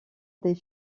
des